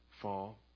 fall